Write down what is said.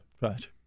Right